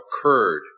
occurred